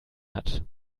hat